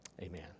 Amen